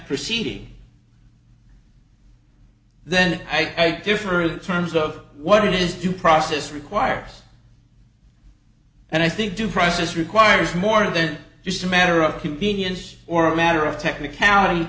proceeding then i think different terms of what is due process requires and i think due process requires more than just a matter of convenience or a matter of technicality